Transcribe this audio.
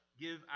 give